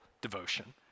devotion